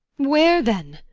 where then?